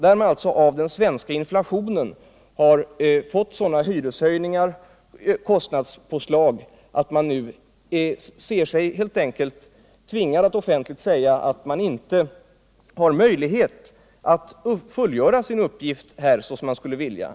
De har genom den svenska inflationen fått sådana hyreshöjningar och kostnadsfördyringar, att man nu helt enkelt ser sig tvingad att offentligt säga att möjligheter inte finns att kunna fullgöra sin uppgift på det sätt man skulle vilja.